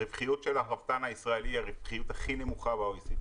הרווחיות של הרפתן הישראלי היא הרווחיות הכי נמוכה ב-OECD.